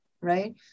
right